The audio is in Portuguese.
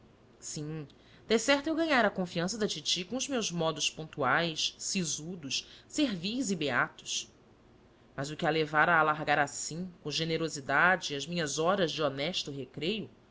fogosa sim decerto eu ganhara a confiança da titi com os meus modos pontuais sisudos servis e beatos mas o que a levara a alargar assim com generosidade as minhas horas de honesto recreio